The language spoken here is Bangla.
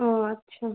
ও আচ্ছা